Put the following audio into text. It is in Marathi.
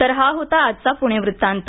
तर हा होता आजचा प्णे व्रत्तांत